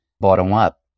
bottom-up